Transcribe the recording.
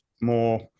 more